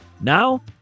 Now